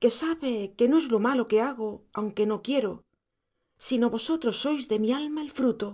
que sabe que no es lo malo que hago aunque no quiero si no vosotros sois de mi alma el fruto